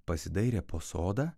pasidairė po sodą